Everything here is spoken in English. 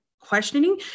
questioning